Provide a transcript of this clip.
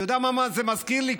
אתה יודע מה זה מזכיר לי?